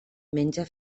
menja